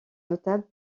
notable